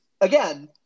again